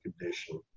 condition